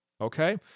Okay